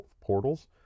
portals